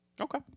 okay